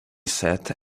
said